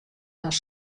harren